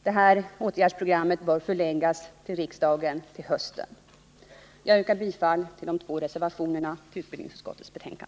skall föreläggas riksdagen till hösten. Jag yrkar bifall till de två reservationerna vid utbildningsutskottets betänkande.